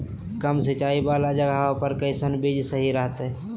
कम सिंचाई वाला जगहवा पर कैसन बीज सही रहते?